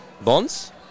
bonds